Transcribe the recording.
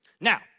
Now